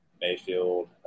Mayfield